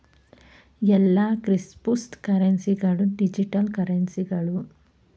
ಎಲ್ಲಾ ಕ್ರಿಪ್ತೋಕರೆನ್ಸಿ ಗಳು ಡಿಜಿಟಲ್ ಕರೆನ್ಸಿಗಳು